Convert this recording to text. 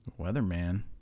Weatherman